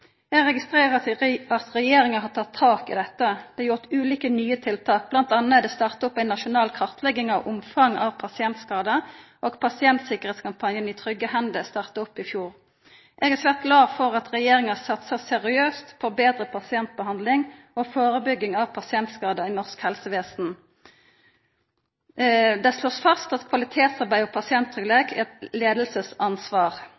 Eg registrerer at regjeringa har teke tak i dette. Det er gjort ulike nye tiltak, m.a. er det starta opp ei nasjonal kartlegging av omfanget av pasientskadar, og pasienttryggleikskampanjen «I trygge hender» starta opp i fjor. Eg er svært glad for at regjeringa satsar seriøst på betre pasientbehandling og førebygging av pasientskadar i norsk helsevesen. Ein slår fast at kvalitetsarbeid og